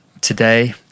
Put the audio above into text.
today